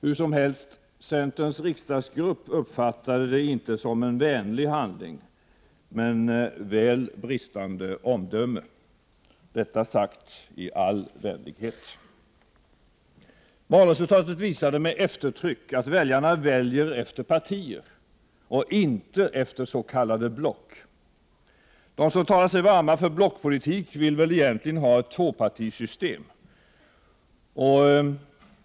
Hur som helst, centerns riksdagsgrupp uppfattade det inte som en vänlig handling, men väl som bristande omdöme. Detta sagt i all vänlighet. Valresultatet visade med eftertryck att väljarna väljer efter partier och inte efter s.k. block. De som talar sig varma för blockpolitik vill väl egentligen ha ett tvåpartisystem.